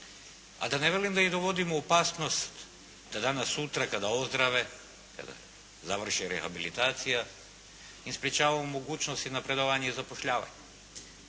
a da ne velim da ih dovodimo u opasnost da danas-sutra kada ozdrave, kada završe rehabilitaciju mi sprječavamo mogućnost i napredovanja i zapošljavanja.